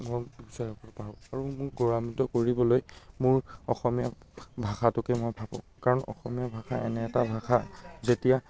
মোক গৌৰৱান্ৱিত কৰিবলৈ মোৰ অসমীয়া ভাষাটোকে মই ভাবোঁ কাৰণ অসমীয়া ভাষা এনে এটা ভাষা যেতিয়া